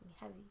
heavy